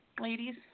ladies